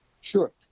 Sure